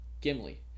Gimli